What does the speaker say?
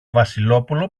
βασιλόπουλο